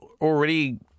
already